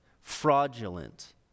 fraudulent